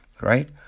Right